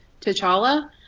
T'Challa